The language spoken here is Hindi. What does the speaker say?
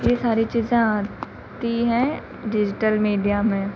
ये सारी चीज़ें आती हैं डिज़िटल मीडिया में